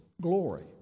glory